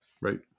right